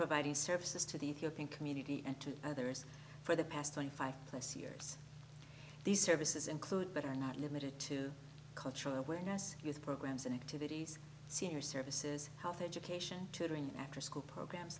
providing services to the ethiopian community and to others for the past twenty five plus years these services include but are not limited to cultural awareness youth programs and activities senior services health education tutoring afterschool program